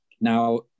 Now